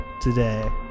today